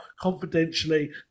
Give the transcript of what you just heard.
confidentially